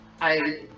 I-